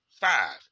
Five